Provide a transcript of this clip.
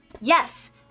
Yes